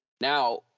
Now